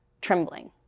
trembling